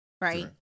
right